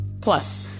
Plus